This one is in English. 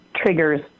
triggers